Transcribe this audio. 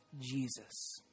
Jesus